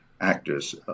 actors